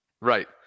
Right